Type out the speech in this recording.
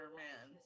man